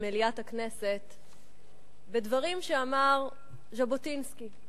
במליאת הכנסת בדברים שאמר ז'בוטינסקי.